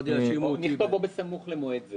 נכתוב "או בסמוך לתאריך זה".